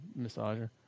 massager